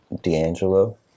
D'Angelo